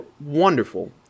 wonderful